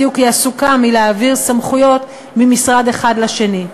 בדיוק היא עסוקה בלהעביר סמכויות ממשרד אחד לשני.